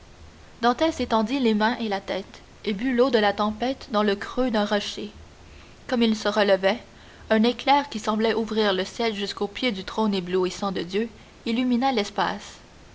dantès étendit les mains et la tête et but l'eau de la tempête dans le creux d'un rocher comme il se relevait un éclair qui semblait ouvrir le ciel jusqu'au pied du trône éblouissant de dieu illumina l'espace